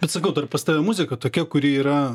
bet sakau dar pas tave muzika tokia kuri yra